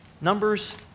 Numbers